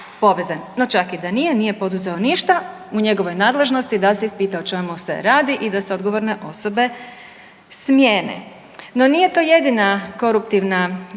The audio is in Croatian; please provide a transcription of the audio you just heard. No čak i da nije poduzeo ništa. U njegovoj je nadležnosti da se ispita o čemu se radi i da se odgovorne osobe smijene. No, nije to jedina koruptivna afera